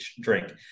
drink